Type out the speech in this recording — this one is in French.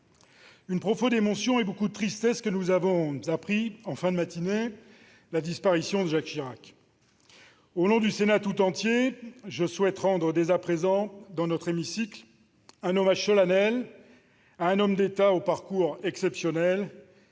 une profonde émotion et beaucoup de tristesse que nous avons appris, en fin de matinée, la disparition de Jacques Chirac. Au nom du Sénat tout entier, je souhaite rendre dès à présent, dans notre hémicycle, un hommage solennel à un homme d'État au parcours exceptionnel,